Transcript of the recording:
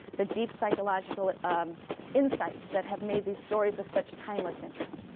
the deep psychological um insights that have made these stories of such timeless interest.